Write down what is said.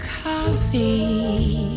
coffee